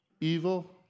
evil